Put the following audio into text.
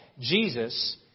Jesus